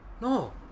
No